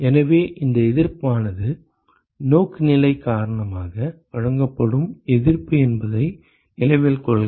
எனவே இந்த எதிர்ப்பானது நோக்குநிலை காரணமாக வழங்கப்படும் எதிர்ப்பு என்பதை நினைவில் கொள்க